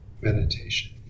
meditation